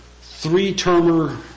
three-termer